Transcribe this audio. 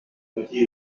moitié